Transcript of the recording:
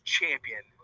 Champion